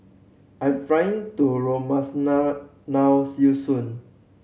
I'm flying to Romania now see you soon